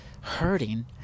hurting